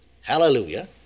hallelujah